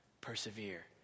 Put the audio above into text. persevere